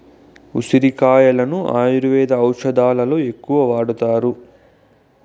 ఉసిరి కాయలను ఆయుర్వేద ఔషదాలలో ఎక్కువగా వాడతారు